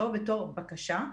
לא בתור בקשה,